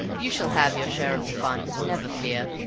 you shall have your share of the fun, never fear,